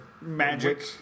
Magic